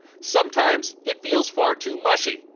sometimes it feels far too mushy,